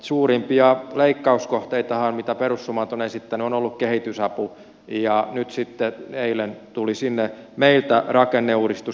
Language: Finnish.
suurimpia leikkauskohteitahan mitä perussuomalaiset ovat esittäneet on ollut kehitysapu ja nyt sitten eilen tuli sinne meiltä rakenneuudistus